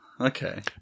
okay